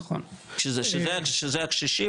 שזה הקשישים,